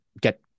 get